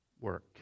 work